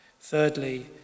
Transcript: thirdly